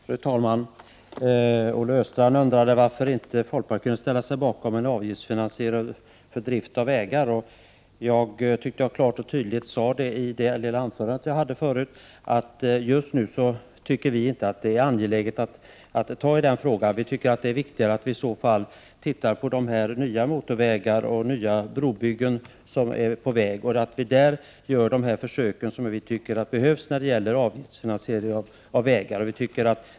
Fru talman! Olle Östrand undrade varför folkpartiet inte kunde ställa sig bakom förslaget om en avgiftsfinansierad drift av vägar. Jag tyckte att jag klart och tydligt sade i mitt förra anförande att vi just nu inte finner det angeläget att ta tag i frågan. Vi anser att det är viktigare att se på de nya motorvägsoch brobyggen som är på gång och där göra försök om avgiftsfinansiering.